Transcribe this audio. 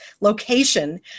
location